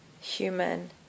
human